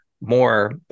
more